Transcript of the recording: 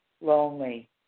lonely